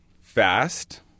Fast